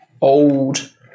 old